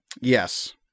Yes